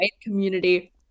community